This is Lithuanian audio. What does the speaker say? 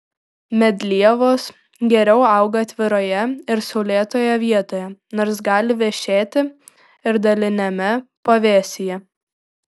medlievos geriau auga atviroje ir saulėtoje vietoje nors gali vešėti ir daliniame pavėsyje